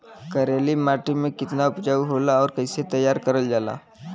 करेली माटी कितना उपजाऊ होला और कैसे तैयार करल जाला?